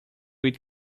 eat